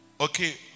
okay